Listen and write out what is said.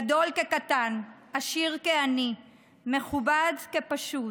גדול כקטן, עשיר כעני, מכובד כפשוט.